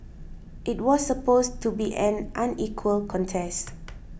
it was supposed to be an unequal contest